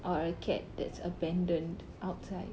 or a cat that's abandoned outside